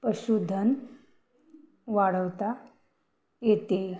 पशुधन वाढवता येते